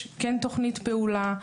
יש כן תוכנית פעולה,